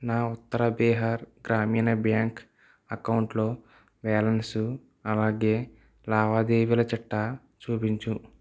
నా ఉత్తర బీహార్ గ్రామీణ బ్యాంక్ అకౌంటులో బ్యాలన్సు అలాగే లావాదేవీల చిట్టా చూపించు